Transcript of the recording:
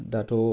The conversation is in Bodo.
दाथ'